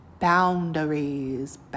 Boundaries